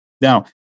Now